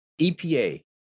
EPA